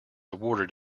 awarded